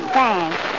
Thanks